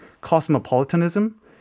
cosmopolitanism